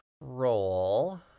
roll